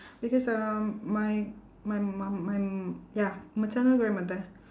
because um my my mum my m~ ya maternal grandmother